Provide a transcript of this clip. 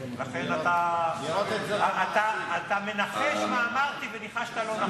לכן אתה מנחש מה אמרתי, וניחשת לא נכון.